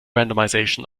randomization